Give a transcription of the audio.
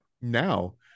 now